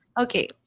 Okay